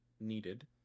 needed